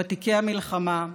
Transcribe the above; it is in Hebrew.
ותיקי המלחמה,